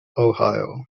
ohio